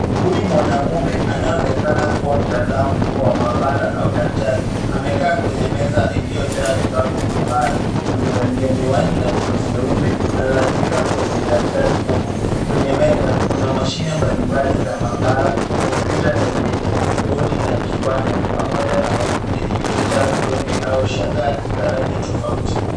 Huyu mwanaume anayeonekana kuwa mtaalamu wa maabara au daktari, amekaa kwenye meza iliyojaa vifaa vya maabara. Amevalia miwani na gloves nyeupe na anaandika kwenye daftari kubwa. Kwenye meza kuna mashine mbalimbali za maabara, kompyuta lenye kibodi na kipanya pamoja na bakuli iliyojaa vidonge au shanga za rangi tofauti.